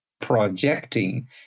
projecting